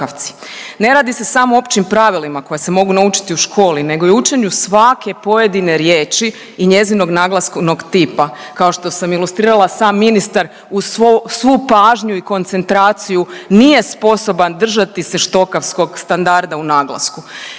Ne radi se samo o općim pravilima koja se mogu naučiti u školu, nego i učenju svake pojedine riječi i njezinog naglasnog tipa, kao što sam ilustrirala, sam ministar u svu pažnju i koncentraciju nije sposoban držati se štokavskog standarda u naglasku